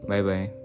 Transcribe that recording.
Bye-bye